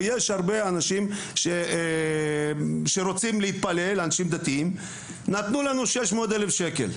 ויש הרבה אנשים שרוצים להתפלל אנשים דתיים נתנו לנו 600 אלף שקל.